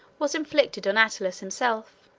was inflicted on attalus himself